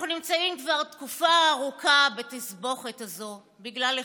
אנחנו נמצאים כבר תקופה ארוכה בתסבוכת הזו בגלל אחד: